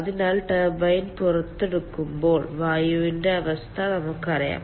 അതിനാൽ ടർബൈൻ പുറത്തുകടക്കുമ്പോൾ വായുവിന്റെ അവസ്ഥ നമുക്കറിയാം